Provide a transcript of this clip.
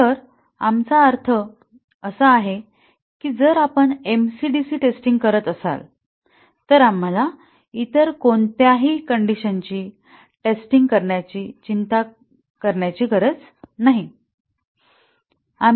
तर आमचा अर्थ असा आहे की जर आपण एमसी डीसी टेस्टिंग करत असाल तर आम्हाला इतर कोणत्याही कण्डिशनची टेस्टिंग करण्याची चिंता करण्याची गरज नाही